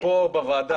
בשמחה.